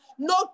No